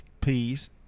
peas